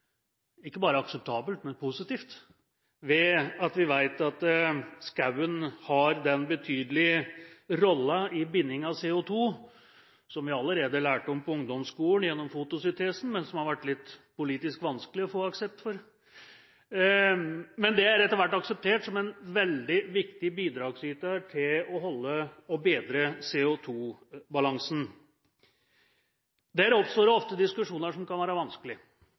ikke bare akseptabelt, men positivt ved at vi vet at skogen har den betydelige rollen i binding av CO2, som vi allerede lærte om på ungdomsskolen gjennom fotosyntesen, men som det har vært litt politisk vanskelig å få aksept for. Men det er etter hvert akseptert som en veldig viktig bidragsyter til å holde og bedre CO2-balansen. Der oppstår det ofte diskusjoner som kan være